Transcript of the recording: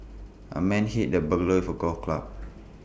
the man hit the burglar for golf club